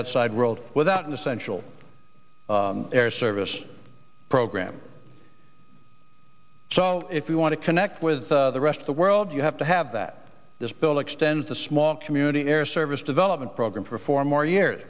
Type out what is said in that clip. outside world without an essential air service program so if you want to connect with the rest of the world you have to have that this building extends a small community air service development program for four more years